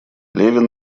левин